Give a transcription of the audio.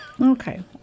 Okay